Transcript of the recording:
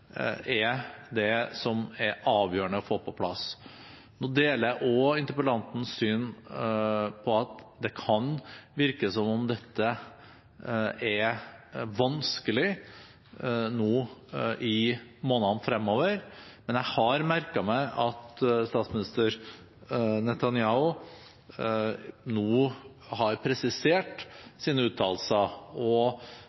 er det som er avgjørende å få på plass. Jeg deler også interpellantens syn på at det kan virke som om dette blir vanskelig i månedene fremover, men jeg har merket meg at statsminister Netanyahu nå har presisert sine uttalelser